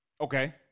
Okay